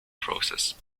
process